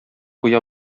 куя